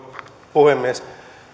puhemies